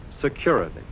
security